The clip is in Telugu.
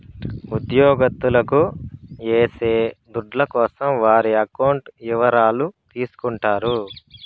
ఉద్యోగత్తులకు ఏసే దుడ్ల కోసం వారి అకౌంట్ ఇవరాలు తీసుకుంటారు